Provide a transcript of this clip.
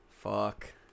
Fuck